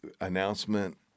announcement